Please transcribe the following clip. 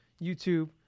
YouTube